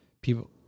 people